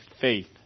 faith